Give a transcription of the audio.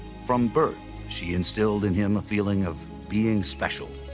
from birth she instilled in him a feeling of being special.